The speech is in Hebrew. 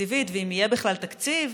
ואם יהיה בכלל תקציב.